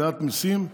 לעליית מיסים,